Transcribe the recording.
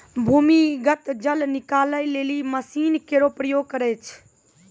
भूमीगत जल निकाले लेलि मसीन केरो प्रयोग करै छै